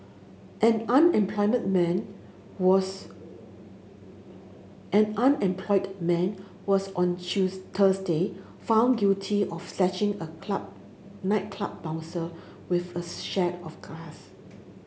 an unemployed man was an unemployed man was on Thursday found guilty of slashing a club nightclub bouncer with a shard of glass